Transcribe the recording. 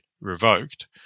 revoked